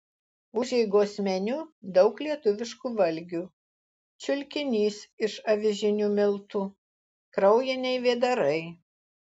užeigos meniu daug lietuviškų valgių čiulkinys iš avižinių miltų kraujiniai vėdarai